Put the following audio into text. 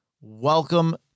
Welcome